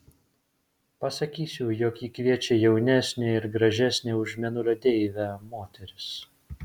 pasakysiu jog jį kviečia jaunesnė ir gražesnė už mėnulio deivę moteris